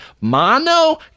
Mono